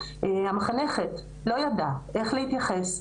המחנכת לא ידעה איך להתייחס,